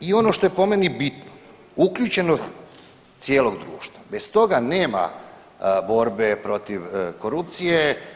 I ono što je po meni bitno, uključenost cijelog društva, bez toga nema borbe protiv korupcije.